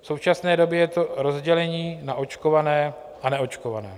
V současné době je to rozdělení na očkované a neočkované.